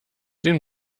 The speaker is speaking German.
den